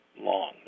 long